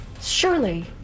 Surely